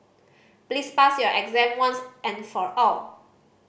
please pass your exam once and for all